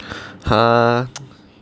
!huh!